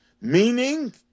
Meaning